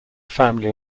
family